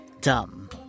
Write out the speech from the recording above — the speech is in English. Dumb